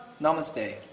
Namaste